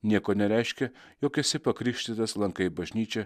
nieko nereiškia jog esi pakrikštytas lankai bažnyčią